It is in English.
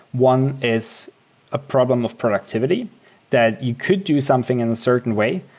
one is a problem of productivity that you could do something in a certain way,